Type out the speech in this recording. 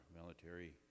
military